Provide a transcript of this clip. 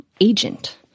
agent